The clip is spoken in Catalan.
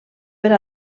per